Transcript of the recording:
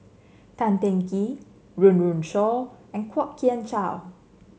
Tan Teng Kee Run Run Shaw and Kwok Kian Chow